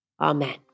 Amen